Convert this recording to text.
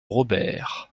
robert